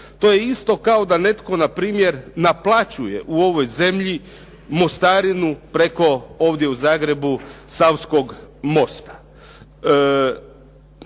To je isto kao da netko npr. naplaćuje u ovoj zemlji mostarinu preko, ovdje u Zagrebu, Savskog mosta.